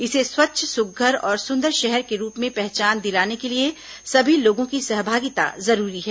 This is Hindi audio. इसे स्वच्छ सुघ्घर और सुंदर शहर के रूप में पहचान दिलाने के लिए सभी लोगों की सहभागिता जरूरी है